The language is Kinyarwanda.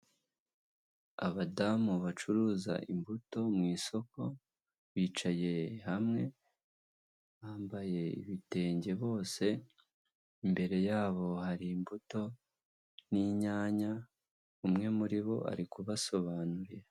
Abadamu bacuruza imbuto mu isoko bicaye hamwe, bambaye ibitenge bose, imbere yabo hari imbuto n'inyanya, umwe muri bo ari kubasobanurira.